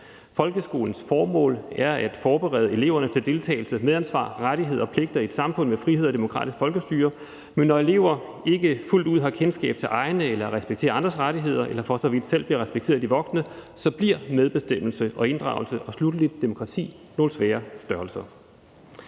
Folkeskolens formål er at forberede eleverne til deltagelse, medansvar, rettigheder og pligter i et samfund med frihed og demokratisk folkestyre. Men når elever ikke fuldt ud har kendskab til egne eller respekterer andres rettigheder eller for så vidt selv bliver respekteret af de voksne, så bliver medbestemmelse og inddragelse og sluttelig demokrati nogle svære størrelser.